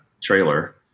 trailer